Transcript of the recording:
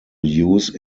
use